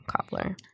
cobbler